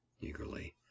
eagerly